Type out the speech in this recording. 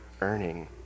earning